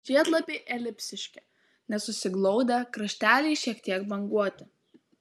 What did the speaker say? žiedlapiai elipsiški nesusiglaudę krašteliai šiek tiek banguoti